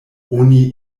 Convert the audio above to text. oni